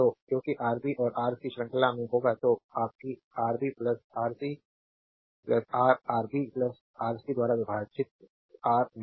तो क्योंकि आरबी और आर सी श्रृंखला में होगा तो आरबी आर सी रा आरबी आरसी द्वारा विभाजित रा में